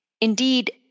Indeed